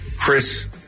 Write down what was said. Chris